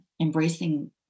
embracing